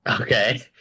Okay